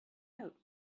out